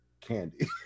Candy